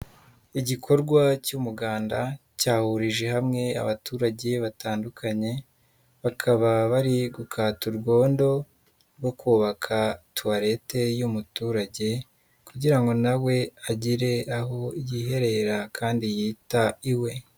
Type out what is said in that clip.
Igikorwa cy'umuganda, cyahurije hamwe abaturage batandukanye, bakaba bari gukata urwondo rwo kubaka tuwarete y'umuturage, kugira ngo na we agire aho yiherera kandi yita iwe.